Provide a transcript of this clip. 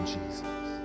Jesus